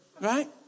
Right